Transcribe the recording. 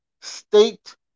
state